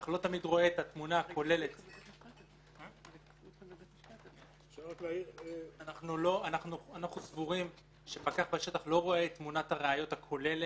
לא תמיד רואה את תמונת הראיות הכוללת